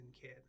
kid